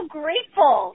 grateful